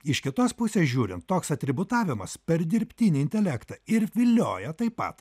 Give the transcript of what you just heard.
iš kitos pusės žiūrint toks atributavimas per dirbtinį intelektą ir vilioja taip pat